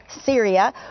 Syria